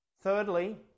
Thirdly